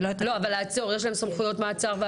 אבל לעצור יש להם סמכויות מעצר?